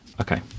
okay